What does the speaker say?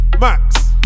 Max